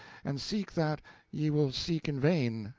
and seek that ye will seek in vain,